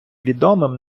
відомим